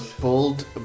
bold